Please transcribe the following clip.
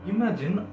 Imagine